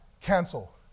Cancel